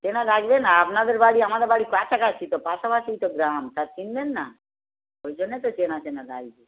চেনা রাখবেন আপনাদের বাড়ি আমাদের বাড়ি পাশাপাশি তো পাশাপাশিই তো গ্রাম তার কিনবেন না ওই জন্য তো চেনা চেনা লাগছে